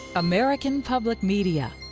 american public media